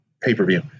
pay-per-view